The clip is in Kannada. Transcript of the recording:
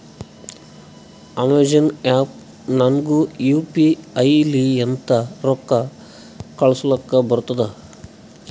ಅಮೆಜಾನ್ ಆ್ಯಪ್ ನಾಗ್ನು ಯು ಪಿ ಐ ಲಿಂತ ರೊಕ್ಕಾ ಕಳೂಸಲಕ್ ಬರ್ತುದ್